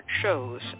shows